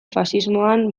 faxismoan